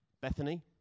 Bethany